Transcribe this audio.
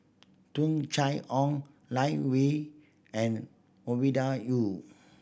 Tung Chye Hong Lai we and Ovidia Yu